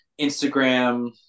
instagram